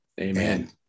Amen